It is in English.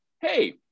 hey